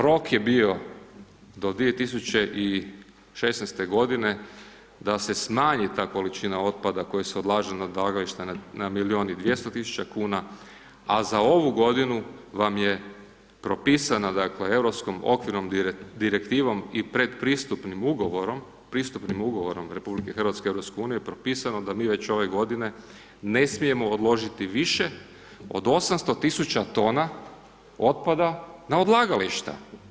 Rok je bio do 2016. godine da se smanji ta količina otpada koja se odlaže na odlagališta na milijun i 200 tisuća kuna a za ovu godinu vam je propisana dakle Europskom okvirnom direktivom i predpristupnim ugovorom, pristupnim ugovorom RH u EU je propisano da mi već ove godine ne smijemo odložiti više od 800 tisuća tona otpada na odlagališta.